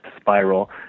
Spiral